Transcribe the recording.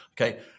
Okay